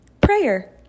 prayer